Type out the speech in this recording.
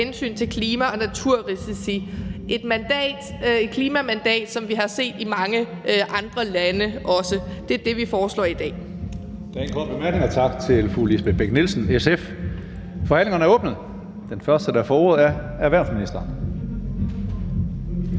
hensyn til klima- og naturrisici. Det er et klimamandat, som vi også har set i mange andre lande. Det er det, vi foreslår i dag.